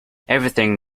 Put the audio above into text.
everything